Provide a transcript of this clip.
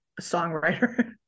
songwriter